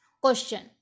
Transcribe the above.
Question